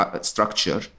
structure